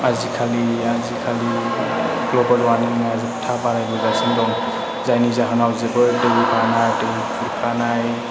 आजिखालि global warming आ जोबथा बारायबोगासिनो दं जायनि जाहोनाव जोबोद दै बाना दै खुरखानाय